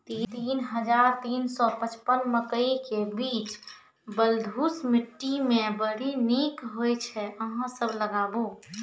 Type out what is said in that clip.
तीन हज़ार तीन सौ पचपन मकई के बीज बलधुस मिट्टी मे बड़ी निक होई छै अहाँ सब लगाबु?